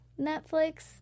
Netflix